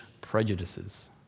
prejudices